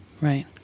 Right